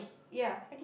ya